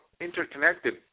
interconnected